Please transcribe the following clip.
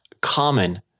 common